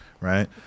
right